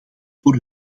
voor